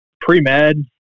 pre-med